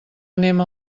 anem